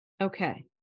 Okay